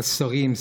לשרים,